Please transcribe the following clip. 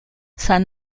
san